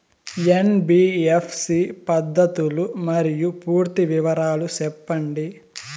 NBFC పద్ధతులు మరియు పూర్తి వివరాలు సెప్పండి?